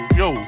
yo